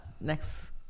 Next